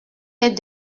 est